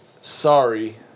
sorry